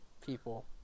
people